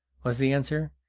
was the answer,